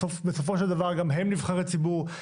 בסופו של דבר גם הם נבחרי ציבור.